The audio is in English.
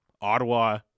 Ottawa